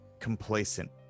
Complacent